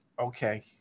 Okay